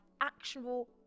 actionable